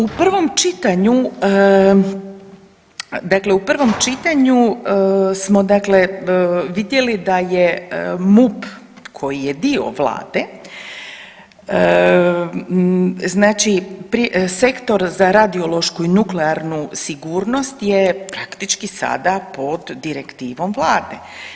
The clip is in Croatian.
U prvom čitanju, dakle u prvom čitanju smo dakle vidjeli da je MUP koji je dio vlade, znači sektor za radiološku i nuklearnu sigurnost je praktički sada pod direktivom vlade.